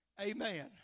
Amen